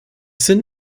sind